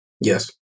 yes